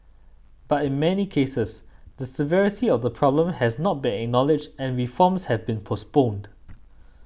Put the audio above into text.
but in many cases the severity of the problem has not been acknowledged and reforms have been postponed